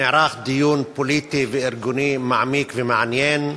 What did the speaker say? ונערך דיון פוליטי וארגוני מעמיק ומעניין.